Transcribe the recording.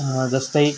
जस्तै